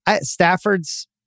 Stafford's